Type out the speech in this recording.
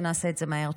שנעשה את זה מהר.